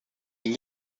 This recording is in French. une